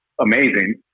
amazing